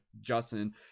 justin